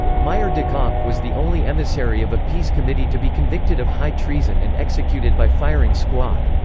meyer de kock was the only emissary of a peace committee to be convicted of high treason and executed by firing squad.